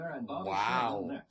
wow